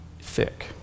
thick